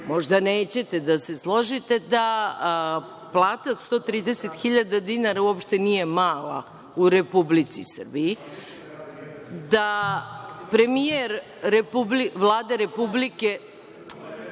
možda nećete da se složite, da plata od 130.000 dinara uopšte nije mala u Republici Srbiji, da premijer Vlade Republike…Ja